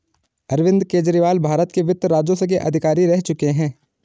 अरविंद केजरीवाल भारत के वित्त राजस्व के अधिकारी रह चुके हैं